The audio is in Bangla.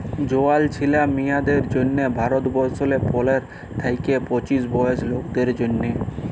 জয়াল ছিলা মিঁয়াদের জ্যনহে ভারতবর্ষলে পলের থ্যাইকে পঁচিশ বয়েসের লকদের জ্যনহে